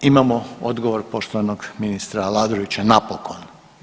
Imamo odgovor poštovanog ministra Aladrovića, napokon.